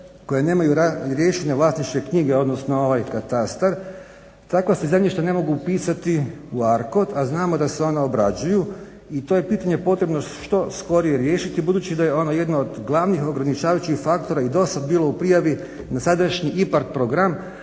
koje nemaju riješene vlasničke knjige, odnosno ovaj katastar takva se zemljišta ne mogu upisati u arcod, a znamo da se ona obrađuju i to je pitanje potrebno što skorije riješiti budući da je ono jedno od glavnih ograničavajućih faktora i dosad bilo u prijavi na sadašnji IPARD program,